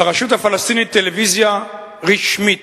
לרשות הפלסטינית יש טלוויזיה רשמית